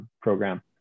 program